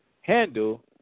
handle